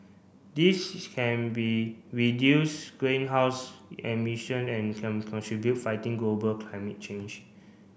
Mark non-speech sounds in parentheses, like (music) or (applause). this is can be reduce greenhouse emission and (unintelligible) contribute fighting global climate change